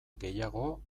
gehiago